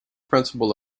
principle